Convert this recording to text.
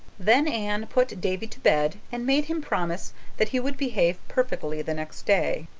then anne put davy to bed and made him promise that he would behave perfectly the next day.